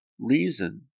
Reason